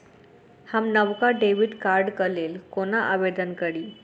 हम नवका डेबिट कार्डक लेल कोना आवेदन करी?